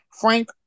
Frank